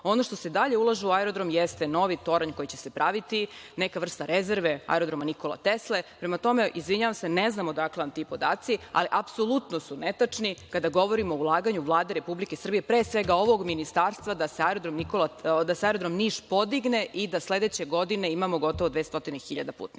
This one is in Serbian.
ono što se i dalje ulaže u aerodrom jeste novi toranj koji će se praviti, neka vrsta rezerve Aerodroma „Nikole Tesle“. Prema tome, izvinjavam se, ne znam odakle vam ti podaci, ali apsolutno su netačni kada govorimo o ulaganju Vlade Republike Srbije, a pre svega ovog ministarstva da se aerodrom Niš podigne i da sledeće godine imamo gotovo 200.000 putnika.